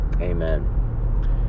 Amen